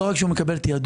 לא רק שהוא מקבל תעדוף,